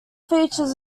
features